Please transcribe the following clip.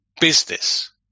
business